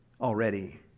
already